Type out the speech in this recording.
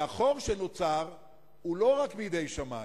והחור שנוצר הוא לא רק בידי שמים.